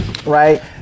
Right